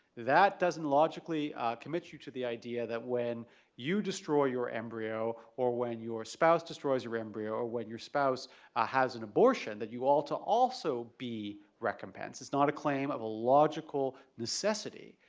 that doesn't logically commit you to the idea that when you destroy your embryo or when your spouse destroys your embryo or when your spouse has an abortion that you all to also be recompense. it's not a claim of a logical necessity,